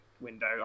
window